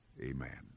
amen